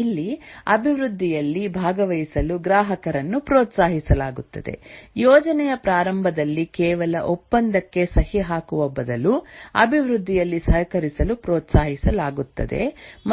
ಇಲ್ಲಿ ಅಭಿವೃದ್ಧಿಯಲ್ಲಿ ಭಾಗವಹಿಸಲು ಗ್ರಾಹಕರನ್ನು ಪ್ರೋತ್ಸಾಹಿಸಲಾಗುತ್ತದೆ ಯೋಜನೆಯ ಪ್ರಾರಂಭದಲ್ಲಿ ಕೇವಲ ಒಪ್ಪಂದಕ್ಕೆ ಸಹಿ ಹಾಕುವ ಬದಲು ಅಭಿವೃದ್ಧಿಯಲ್ಲಿ ಸಹಕರಿಸಲು ಪ್ರೋತ್ಸಾಹಿಸಲಾಗುತ್ತದೆ